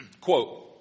Quote